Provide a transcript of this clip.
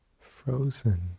frozen